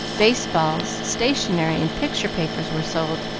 baseballs, stationery, and picture papers were sold,